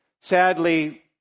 sadly